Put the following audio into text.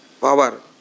power